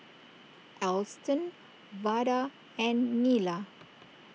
Alston Vada and Nila